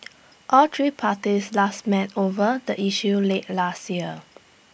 all three parties last met over the issue late last year